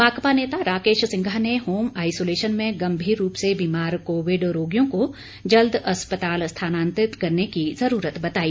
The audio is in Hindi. माकपा नेता राकेश सिंघा ने होम आईसोलेशन में गंभीर रूप से बीमार कोविड रोगियों को जल्द अस्पताल स्थानांतरित करने की जरूरत बताई